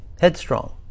headstrong